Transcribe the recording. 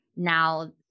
Now